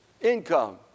income